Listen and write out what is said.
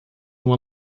uma